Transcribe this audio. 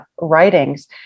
writings